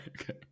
Okay